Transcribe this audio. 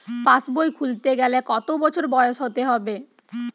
পাশবই খুলতে গেলে কত বছর বয়স হতে হবে?